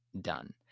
done